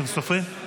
אתם סופרים?